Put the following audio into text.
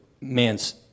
man's